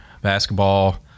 basketball